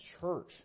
church